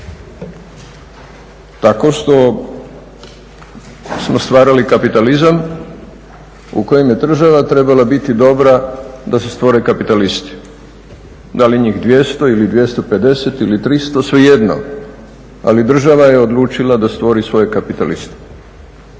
Tako što smo stvarali kapitalizam u kojem je država trebala biti dobra da se stvore kapitalisti, da li njih 200 ili 250 ili 300, svejedno, ali država je odlučila da stvori svoje kapitaliste.